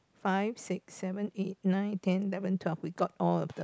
five six seven eight nine ten eleven twelve we got all of them